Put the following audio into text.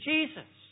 Jesus